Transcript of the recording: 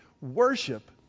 Worship